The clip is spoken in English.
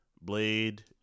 Blade